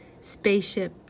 spaceship